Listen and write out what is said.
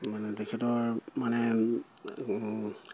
মানে তেখেতৰ মানে